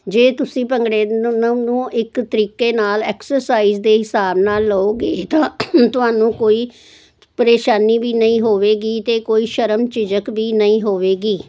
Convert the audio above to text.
ਜੇ ਤੁਸੀਂ ਭੰਗੜੇ ਨੂੰ ਇੱਕ ਤਰੀਕੇ ਨਾਲ ਐਕਸਰਸਾਈਜ਼ ਦੇ ਹਿਸਾਬ ਨਾਲ ਲਓਗੇ ਤਾਂ ਤੁਹਾਨੂੰ ਕੋਈ ਪਰੇਸ਼ਾਨੀ ਵੀ ਨਹੀਂ ਹੋਵੇਗੀ ਤੇ ਕੋਈ ਸ਼ਰਮ ਝਿਜਕ ਵੀ ਨਹੀਂ ਹੋਵੇਗੀ